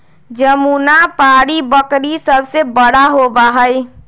जमुनापारी बकरी सबसे बड़ा होबा हई